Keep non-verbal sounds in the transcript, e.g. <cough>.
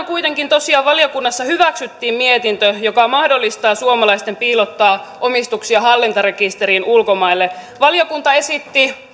<unintelligible> kuitenkin tosiaan valiokunnassa hyväksyttiin mietintö joka mahdollistaa suomalaisten piilottaa omistuksia hallintarekisteriin ulkomaille valiokunta esitti